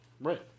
Right